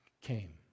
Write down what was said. came